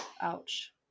ouch